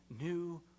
new